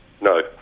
No